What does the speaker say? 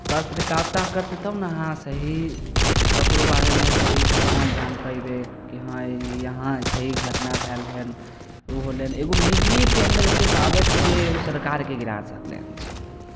पत्रकारिता करतै तब ने अहाँ सही ककरो बारेमे सहीसँ अहाँ जानि पयबै कि हँ यहाँ सही घटना भेल हन ओहो लेल एगो मीडियेके अन्दर एतेक पावर छै जे एगो सरकारके गिरा सकलै हन अछि